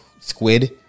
Squid